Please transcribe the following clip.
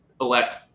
elect